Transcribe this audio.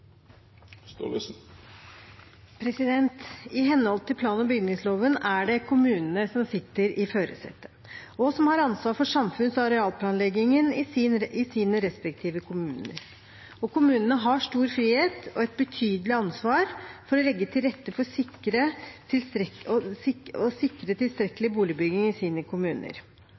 til. I henhold til plan- og bygningsloven er det kommunene som sitter i førersetet, og som har ansvaret for samfunns- og arealplanleggingen i sine respektive kommuner. Kommunene har stor frihet og et betydelig ansvar for å legge til rette for å sikre tilstrekkelig boligbygging i sine kommuner.